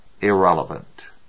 irrelevant